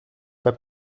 pas